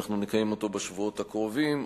ואנחנו נקיים אותו בשבועות הקרובים,